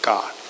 God